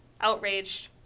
outraged